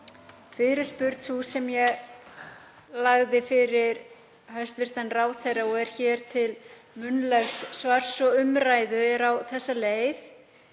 Fyrirspurn sú sem ég lagði fyrir hæstv. ráðherra og er hér til munnlegs svars og umræðu er á þessa leið: